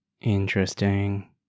Interesting